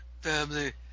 family